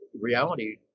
reality